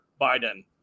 Biden